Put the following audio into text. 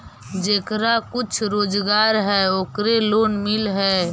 जेकरा कुछ रोजगार है ओकरे लोन मिल है?